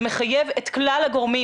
זה מחייב את כלל הגורמים,